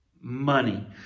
Money